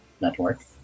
Network